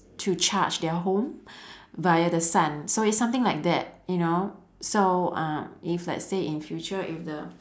to charge their home via the sun so it's something like that you know so uh if let's say in future if the